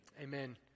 Amen